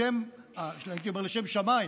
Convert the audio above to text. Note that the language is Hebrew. הייתי אומר לשם שמיים,